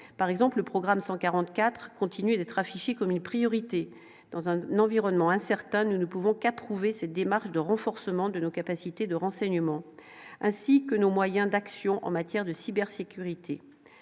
par exemple le programme 144 continue d'être affiché comme une priorité dans un n'environnement incertain, nous ne pouvons qu'approuver cette démarche de renforcement de nos capacités de renseignement ainsi que nos moyens d'action en matière de cybersécurité